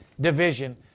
division